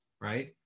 right